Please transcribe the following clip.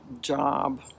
job